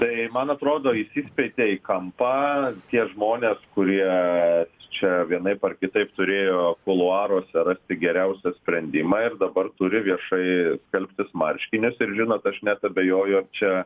tai man atrodo įsispeitė į kampą tie žmonės kurie čia vienaip ar kitaip turėjo kuluaruose rasti geriausią sprendimą ir dabar turi viešai skalbtis marškinius ir žinot aš net abejoju ar čia